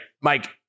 Mike